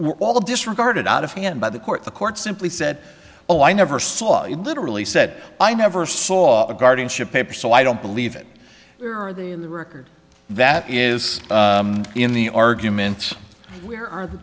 were all disregarded out of hand by the court the court simply said oh i never saw you literally said i never saw the guardianship paper so i don't believe it where are they in the record that is in the arguments where are the